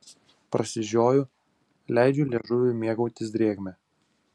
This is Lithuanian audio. prasižioju leidžiu liežuviui mėgautis drėgme